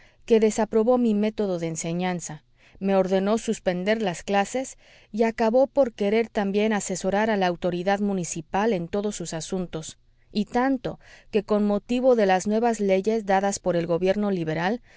que desaprobó mi método de enseñanza me ordenó suspender las clases y acabó por querer también asesorar a la autoridad municipal en todos sus asuntos y tanto que con motivo de las nuevas leyes dadas por el gobierno liberal